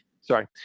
sorry